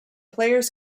players